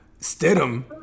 Stidham